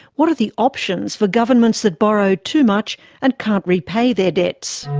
what are the options for governments that borrow too much and can't repay their debts?